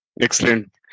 Excellent